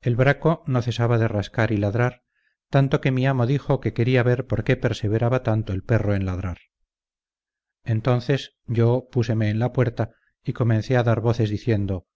el braco no dejaba de rascar y ladrar tanto que mi amo dijo que quería ver por qué perseveraba tanto el perro en ladrar entonces yo púseme en la puerta y comencé a dar voces diciendo